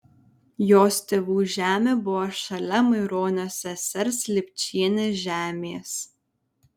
jos tėvų žemė buvo šalia maironio sesers lipčienės žemės